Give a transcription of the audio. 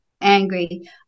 angry